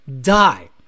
die